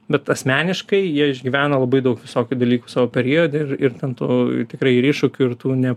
bet asmeniškai jie išgyvena labai daug visokių dalykų savo periode ir ir ten tų tikrai ir iššūkių ir tų ne